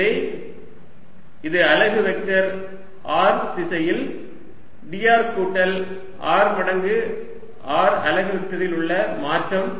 எனவே இது அலகு வெக்டர் r திசையில் dr கூட்டல் r மடங்கு r அலகு வெக்டரில் உள்ள மாற்றம்